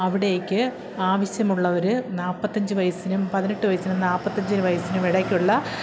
അവിടേയ്ക്ക് ആവശ്യമുള്ളവർ നാൽപ്പത്തഞ്ച് വയസ്സിനും പതിനെട്ട് വയസ്സിനും നാൽപ്പത്തഞ്ച് വയസ്സിനും ഇടയ്ക്കുള്ള